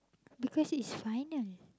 because it's final